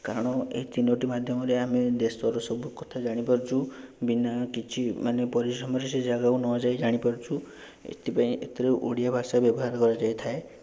କାରଣ ଏହି ତିନୋଟି ମାଧ୍ୟମରେ ଆମେ ଦେଶର ସବୁ କଥା ଜାଣିପାରୁଛୁ ବିନା କିଛି ମାନେ ପରିଶ୍ରମରେ ସେ ଜାଗାକୁ ନଯାଇ ଜାଣିପାରୁଛୁ ଏଥିପାଇଁ ଏଥିରୁ ଓଡ଼ିଆ ଭାଷା ବ୍ୟବହାର କରାଯାଇଥାଏ